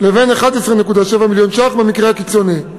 לבין 11.7 מיליון שקלים, במקרה הקיצוני.